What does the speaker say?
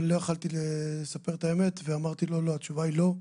אבל לא יכולתי לספר את האמת ואמרתי לו שהתשובה היא לא,